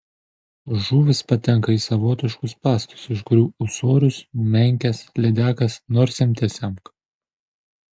žuvys patenka į savotiškus spąstus iš kurių ūsorius menkes lydekas nors semte semk